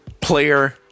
player